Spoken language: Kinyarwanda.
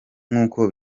nk’uko